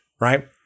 right